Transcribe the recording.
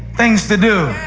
things to do.